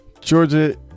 Georgia